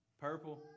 Purple